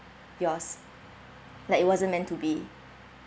yours like it wasn't meant to be